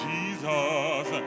Jesus